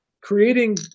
creating